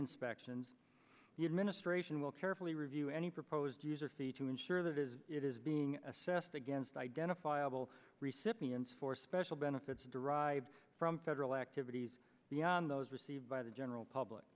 inspections the administration will carefully review any proposed user fee to ensure that is it is being assessed against identifiable recipients for special benefits derived from federal activities beyond those received by the general public